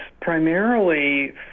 primarily